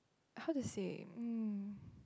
how to say um